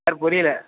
sir புரியலை